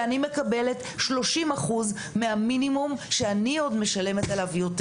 ואני מקבלת 30% מהמינימום שאני עוד משלמת יותר.